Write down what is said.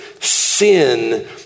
Sin